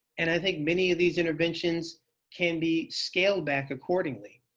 and i think many of these interventions can be scaled back accordingly.